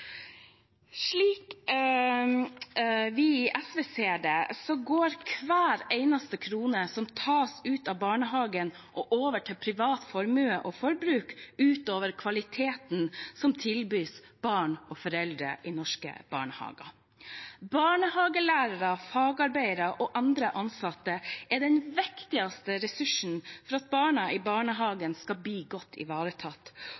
Slik vi i SV ser det, går hver eneste krone som tas ut av barnehagen og over til privat formue og forbruk, ut over kvaliteten som tilbys barn og foreldre i norske barnehager. Barnehagelærere, fagarbeidere og andre ansatte er den viktigste ressursen for at barna i